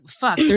fuck